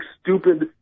stupid